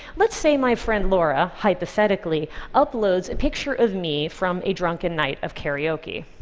let's say my friend laura hypothetically uploads a picture of me from a drunken night of karaoke.